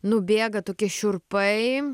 nubėga tokie šiurpai